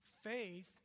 Faith